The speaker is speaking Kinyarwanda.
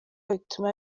bituma